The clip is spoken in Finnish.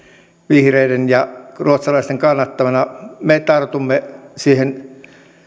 vihreiden ja ruotsalaisten kannattamana me tartumme siihen